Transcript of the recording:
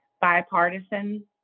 bipartisan